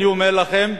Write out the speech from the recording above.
אני אומר לכם,